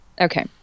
Okay